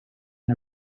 and